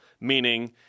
meaning